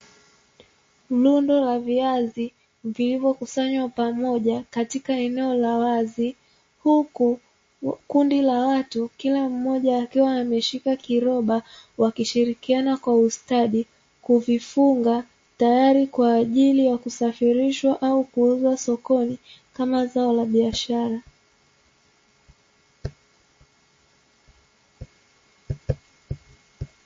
Rundo la viazi vilivyokusanywa pamoja katika eneo la wazi, huku kundi la watu kila mmoja akiwa ameshika kiroba wakishirikiana kwa ustadi kuvifunga tayari kwa ajili ya kusafirishwa au kuuzwa sokoni kama zao la biashara.